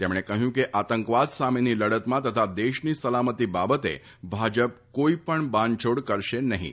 તેમણે કહ્યું હતું કે આતંકવાદ સામેની લડતમાં તથા દેશની સલામતી બાબતે ભાજપ કોઇ બાંધછોડ કરશે નહિ